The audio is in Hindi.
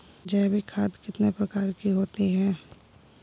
जैविक खाद कितने प्रकार की होती हैं?